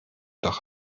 doch